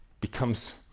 becomes